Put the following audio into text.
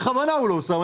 בכוונה הוא לא שם,